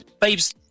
babes